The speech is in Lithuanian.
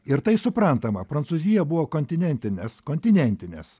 ir tai suprantama prancūzija buvo kontinentinės kontinentinės